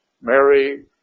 Mary